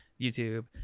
youtube